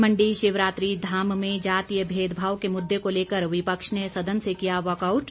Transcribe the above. मण्डी शिवरात्रि धाम में जातीय भेदभाव के मुद्दे को लेकर विपक्ष ने सदन से किया वॉकआउट